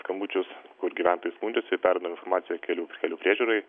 skambučius gyventojai skundžiasi perduodam informaciją kelių priežiūrai